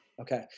Okay